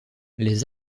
les